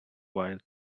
while